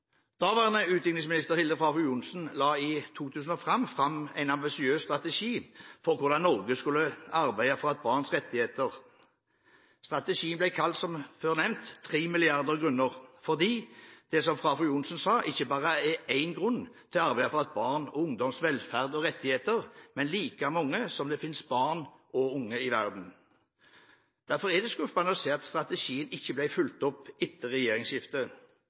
Daværende utviklingsminister Hilde Frafjord Johnson la i 2005 fram en ambisiøs strategi for hvordan Norge skulle arbeide for barns rettigheter. Strategien ble, som før nevnt, kalt Tre milliarder grunner, fordi det – som Frafjord Johnson sa – ikke bare er én grunn til å arbeide for barns og ungdoms velferd og rettigheter, men like mange som det finnes barn og unge i verden. Derfor er det skuffende å se at strategien ikke ble fulgt opp etter regjeringsskiftet.